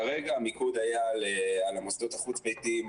כרגע המיקוד היה על המוסדות החוץ-ביתיים,